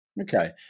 Okay